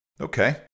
Okay